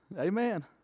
Amen